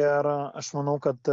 ir aš manau kad